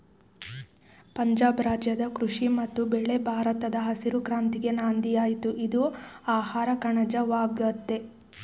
ಪಂಜಾಬ್ ರಾಜ್ಯದ ಕೃಷಿ ಮತ್ತು ಬೆಳೆ ಭಾರತದ ಹಸಿರು ಕ್ರಾಂತಿಗೆ ನಾಂದಿಯಾಯ್ತು ಇದು ಆಹಾರಕಣಜ ವಾಗಯ್ತೆ